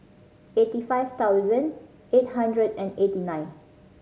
eighty five thousand eight hundred and eighty nine